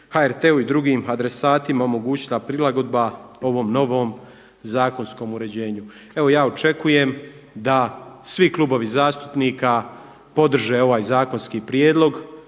HRT-u i drugim adresatima omogućila prilagodbe ovom novom zakonskom uređenju. Evo ja očekujem da svi klubovi zastupnika podrže ovaj zakonski prijedlog,